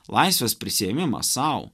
laisvės prisiėmimas sau